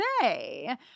say